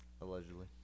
allegedly